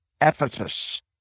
Ephesus